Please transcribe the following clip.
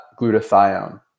glutathione